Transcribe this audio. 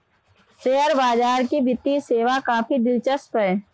share बाजार की वित्तीय सेवा काफी दिलचस्प है